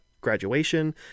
graduation